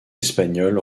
espagnol